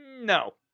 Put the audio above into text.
no